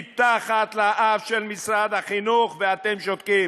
מתחת לאף של משרד החינוך, ואתם שותקים.